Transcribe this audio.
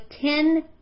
ten